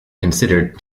considered